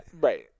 right